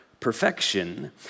perfection